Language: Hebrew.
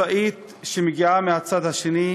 משאית שמגיעה מהצד השני